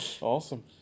Awesome